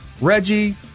Reggie